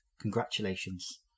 Congratulations